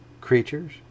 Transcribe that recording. creatures